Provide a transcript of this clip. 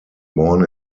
born